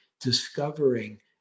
discovering